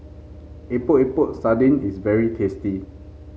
Epok Epok Sardin is very tasty